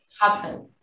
happen